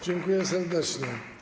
Dziękuję serdecznie.